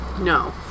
No